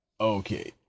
Okay